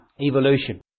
evolution